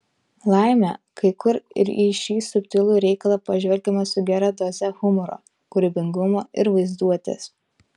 laimė kai kur ir į šį subtilų reikalą pažvelgiama su gera doze humoro kūrybingumo ir vaizduotės